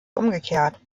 umgekehrt